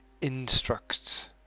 instructs